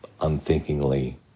unthinkingly